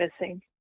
missing